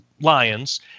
lions